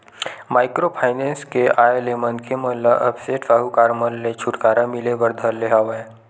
micro finance के आय ले मनखे मन ल अब सेठ साहूकार मन ले छूटकारा मिले बर धर ले हवय